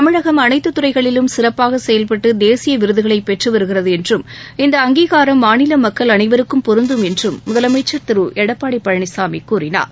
தமிழகம் அனைத்து துறைகளிலும் சிறப்பாக செயல்பட்டு தேசிய விருதுகளை பெற்று வருகிறது என்றும் இந்த அங்கீகாரம் மாநில மக்கள் அனைவருக்கும் பொருந்தும் என்றும் முதலமைச்சர் திரு எடப்பாடி பழனிசாமி கூறினார்